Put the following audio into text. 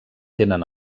tenen